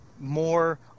More